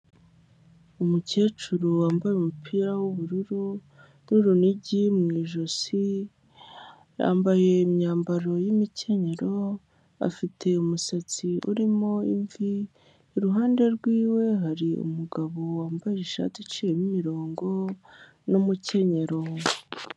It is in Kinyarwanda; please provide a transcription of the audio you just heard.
Umukecuru wambaye umupira w'ubururu n'urunigi mu ijosi yambaye imyambaro y'imikenyero afite umusatsi urimo imvi, iruhande rwiwe hari umugabo wambaye ishati iciyemo imirongo n'umukenyero.